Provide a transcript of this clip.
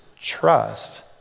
trust